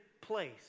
place